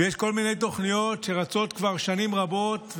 ויש כל מיני תוכניות שרצות כבר שנים רבות,